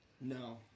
No